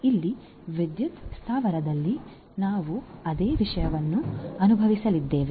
ಆದ್ದರಿಂದ ಇಲ್ಲಿ ವಿದ್ಯುತ್ ಸ್ಥಾವರದಲ್ಲಿ ನಾವು ಅದೇ ವಿಷಯವನ್ನು ಅನುಭವಿಸಲಿದ್ದೇವೆ